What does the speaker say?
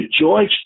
George